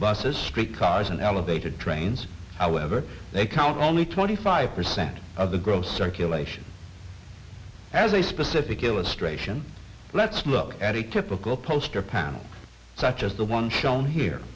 buses streetcars and elevated trains however they count only twenty five percent of the gross circulation as a specific illustration let's look at a typical poster panel such as the one shown here